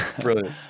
Brilliant